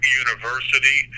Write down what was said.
university